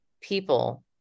people